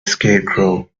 scarecrow